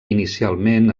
inicialment